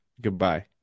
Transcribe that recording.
Goodbye